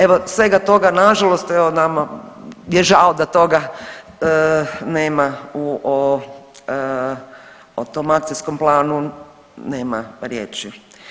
Evo, svega toga nažalost evo nama je žao da toga nema u o, o tom akcijskom planu nema riječi.